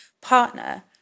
partner